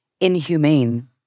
inhumane